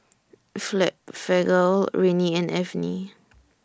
Rene and Avene